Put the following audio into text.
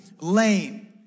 lame